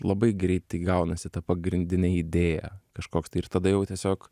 labai greitai gaunasi ta pagrindinė idėja kažkoks tai ir tada jau tiesiog